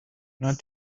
not